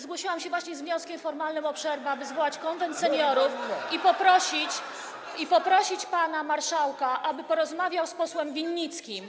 Zgłosiłam się właśnie z wnioskiem formalnym o przerwę, [[Wesołość na sali, oklaski]] aby zwołać Konwent Seniorów [[Poruszenie na sali]] i poprosić pana marszałka, aby porozmawiał z posłem Winnickim.